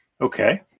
Okay